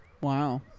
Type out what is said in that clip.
Wow